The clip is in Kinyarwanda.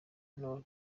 intore